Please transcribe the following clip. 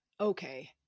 okay